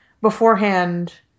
beforehand